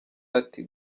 ati